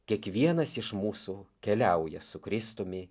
kiekvienas iš mūsų keliauja su kristumi